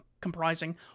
comprising